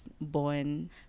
born